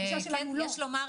הגישה שלנו היא שלא.